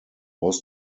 was